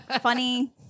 Funny